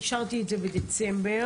אישרתי את זה בדצמבר,